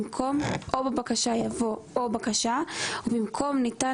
במקום "או בבקשה" יבוא "או בקשה" ובמקום "ניתן